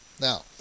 now